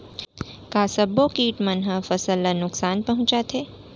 का सब्बो किट मन ह फसल ला नुकसान पहुंचाथे?